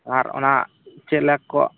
ᱟᱨ ᱚᱱᱟ ᱪᱮᱞᱮ ᱠᱚ